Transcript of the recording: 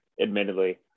admittedly